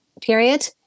period